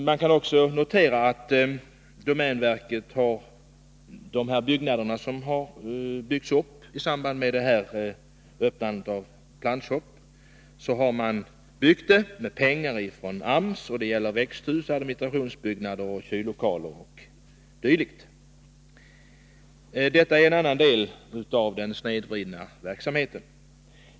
Man kan också notera att de lokaler som domänverket byggt upp i samband med öppnandet av plantshoppar har byggts med pengar från AMS — det gäller växthus, administrationsbyggnader, kyllokaler o. d. Detta är en annan del av den snedvridna konkurrensen.